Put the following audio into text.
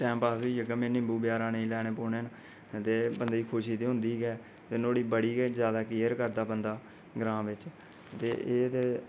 time pass होई जाह्गा में निंबू बजारा नेईं लैने पौने न ते बंदे ई खुशी ते होंदी गै ऐ ते नुआढ़ी बड़ी गै जैदा केयर करदा बंदा ग्रां बिच ते एह् ते